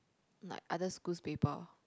like other schools paper